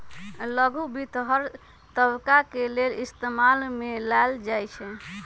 लघु वित्त हर तबका के लेल इस्तेमाल में लाएल जाई छई